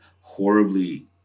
horribly